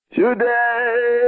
today